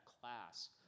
class